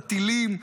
הטילים,